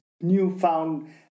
newfound